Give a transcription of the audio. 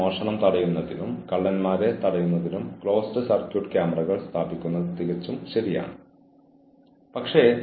ചില ജീവനക്കാർക്ക് അവരുടെ സൂപ്പർവൈസർമാരുടെ അടുത്തേക്ക് വരുന്നത് അത്ര സുഖകരമല്ലായിരിക്കാം